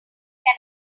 can